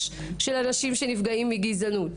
של אנשים שנפגעים מגזענות,